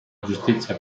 giustizia